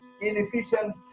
inefficient